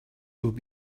would